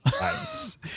Nice